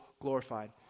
glorified